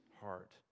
heart